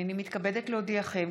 הינני מתכבדת להודיעכם,